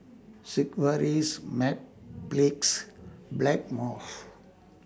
Sigvaris Mepilex Blackmores